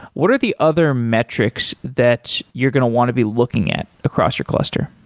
what are the other metrics that you're going to want to be looking at across your cluster?